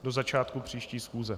Do začátku příští schůze.